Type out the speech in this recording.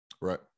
right